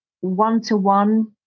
one-to-one